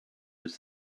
his